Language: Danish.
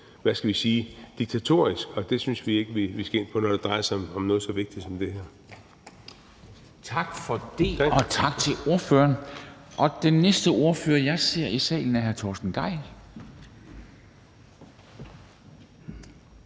hvad skal vi sige – diktatorisk, og det synes vi ikke vi skal ind på, når det drejer sig om noget så vigtigt som det her. Kl. 16:34 Formanden (Henrik Dam Kristensen): Tak for det, og tak til ordføreren. Den næste ordfører, jeg ser i salen, er hr. Torsten Gejl,